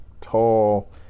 tall